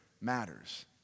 matters